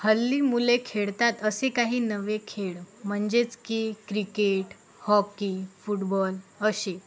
हल्ली मुले खेळतात असे काही नवे खेळ म्हणजेच की क्रिकेट हॉकी फुटबॉल असे